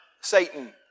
Satan